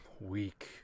Weak